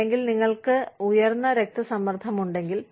അല്ലെങ്കിൽ നിങ്ങൾക്ക് ഉയർന്ന രക്തസമ്മർദ്ദമുണ്ടെങ്കിൽ